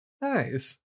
Nice